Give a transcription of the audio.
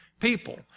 people